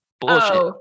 Bullshit